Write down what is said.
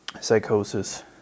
psychosis